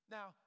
Now